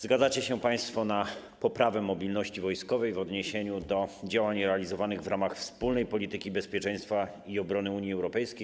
Zgadzacie się państwo na poprawę mobilności wojskowej w odniesieniu do działań realizowanych w ramach wspólnej polityki bezpieczeństwa i obrony Unii Europejskiej.